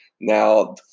Now